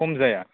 खम जाया